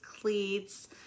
cleats